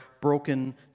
broken